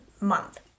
month